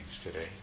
today